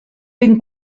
ben